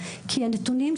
כי הנתונים,